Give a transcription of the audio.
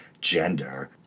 gender